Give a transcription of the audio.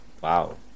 Wow